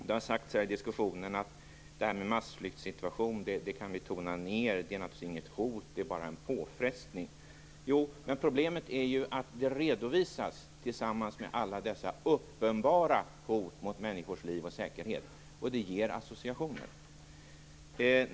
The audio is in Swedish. Det har sagts i diskussionen att vi kan tona ned frågan om massflyktssituation, att det naturligtvis inte är något hot utan bara en påfrestning. Jo, men problemet är att det redovisas tillsammans med alla dessa uppenbara hot mot människors liv och säkerhet, och det ger associationer.